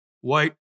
White